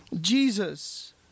Jesus